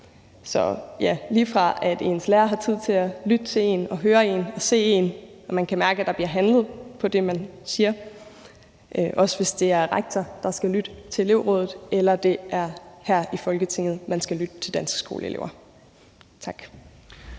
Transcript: på, lige fra at ens lærer har tid til at lytte til en og høre en og se en, og til, at man kan mærke, at der bliver handlet på det, man siger – også hvis det er inspektøren, der skal lytte til elevrådet, eller det er her i Folketinget, man skal lytte til Danske Skoleelever. Tak.